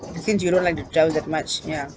since you don't like to travel that much ya